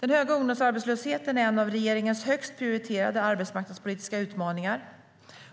Den höga ungdomsarbetslösheten är en av regeringens högst prioriterade arbetsmarknadspolitiska utmaningar.